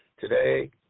Today